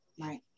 Right